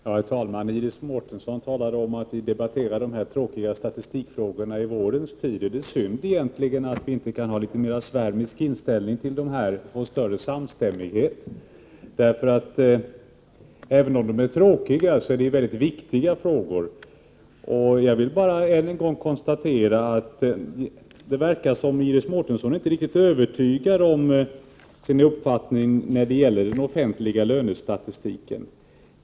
Herr talman! Iris Mårtensson talade om att vi debatterar de tråkiga statistikfrågorna i vårens tid. Det är egentligen synd att vi inte kan ha en litet mera svärmisk inställning och få större samstämmighet, för även om de är tråkiga är detta väldigt viktiga frågor. Jag vill bara än en gång konstatera att det verkar som om Iris Mårtensson inte är riktigt övertygad om sin uppfattning när det gäller den offentliga lönestatistiken.